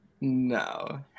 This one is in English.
No